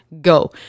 go